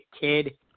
kid